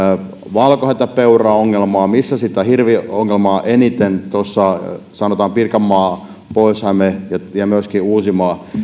valkohäntäpeuraongelmaa ja missä sitä hirviongelmaa on eniten tuossa sanotaan pirkanmaalla pohjois hämeessä ja myöskin